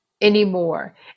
anymore